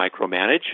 micromanage